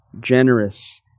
generous